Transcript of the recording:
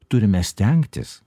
turime stengtis